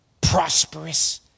prosperous